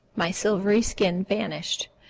my silvery skin vanished.